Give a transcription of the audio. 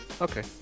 Okay